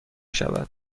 شود